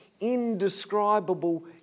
indescribable